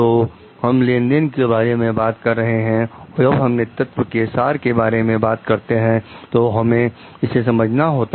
तो हम लेन देन के बारे में बात कर रहे हैं जब हम नेतृत्व के सार के बारे में बात करते हैं तो हमें इसे समझना होता है